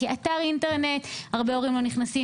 כי לאתר אינטרנט הרבה הורים לא נכנסים,